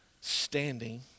standing